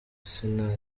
sinach